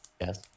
yes